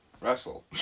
wrestle